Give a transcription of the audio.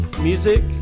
Music